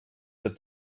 that